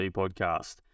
podcast